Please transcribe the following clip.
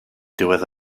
diwedd